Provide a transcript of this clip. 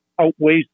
outweighs